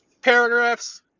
paragraphs